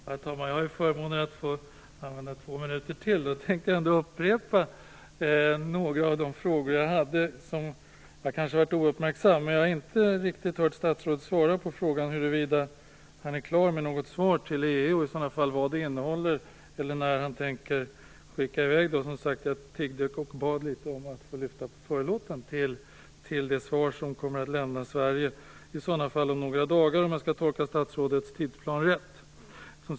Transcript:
Herr talman! Jag har förmånen att få använda två minuter till, och jag tänkte då upprepa några av de frågor som jag hade. Jag kanske har varit ouppmärksam, men jag har inte hört statsrådet svara på frågan huruvida han är klar med något svar till EU och i så fall vad det innehåller eller när han tänker skicka i väg det. Jag tiggde och bad om att få lyfta på förlåten till det svar som kommer att lämna Sverige om några dagar, om jag skall tolka statsrådets tidsplan rätt.